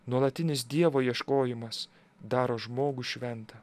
nuolatinis dievo ieškojimas daro žmogų šventą